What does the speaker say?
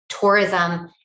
tourism